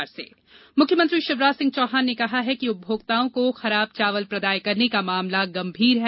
चावल कार्रवाई मुख्यमंत्री शिवराज सिंह चौहान ने कहा है कि उपमोक्ताओं को खराब चावल प्रदाय करने का मामला गंभीर है